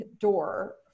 door